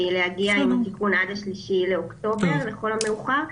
להגיע עם תיקון עד ה-3 באוקטובר לכל המאוחר,